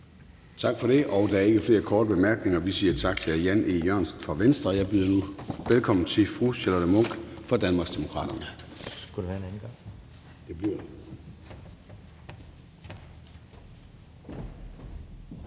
Tak for det. Der er ikke flere korte bemærkninger. Vi siger tak til hr. Jan E. Jørgensen fra Venstre, og jeg byder nu velkommen til fru Charlotte Munch fra Danmarksdemokraterne. Kl. 20:42 (Ordfører) Charlotte Munch (DD): Tak